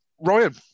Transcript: Ryan